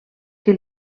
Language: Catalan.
que